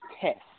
test